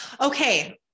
Okay